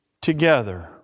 together